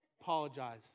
Apologize